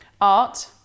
art